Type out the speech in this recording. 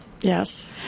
yes